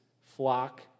flock